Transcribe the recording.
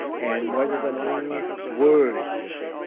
and what are the new words?